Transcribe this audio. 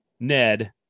Ned